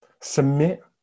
Submit